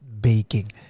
baking